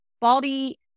body